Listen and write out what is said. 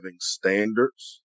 standards